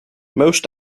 most